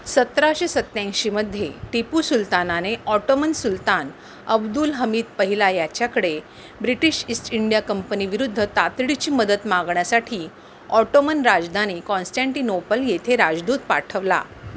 सतराशे सत्त्याऐंशीमध्ये टिपू सुलतानाने ऑटोमन सुलतान अब्दुल हमित पहिला याच्याकडे ब्रिटिश ईस्ट इंडिया कंपनीविरुद्ध तातडीची मदत मागण्यासाठी ऑटोमन राजधानी कॉन्स्टँटीनोपल येथे राजदूत पाठवला